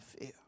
fear